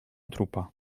trupa